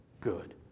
good